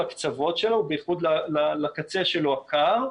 לקצוות שלו ובייחוד לקצה שלו הקר.